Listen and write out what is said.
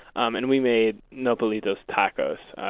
um and we made nopalitos tacos.